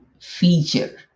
feature